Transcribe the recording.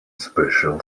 special